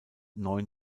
neun